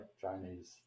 Chinese